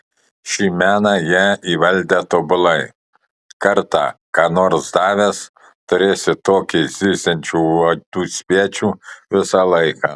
šį meną jie įvaldę tobulai kartą ką nors davęs turėsi tokį zyziančių uodų spiečių visą laiką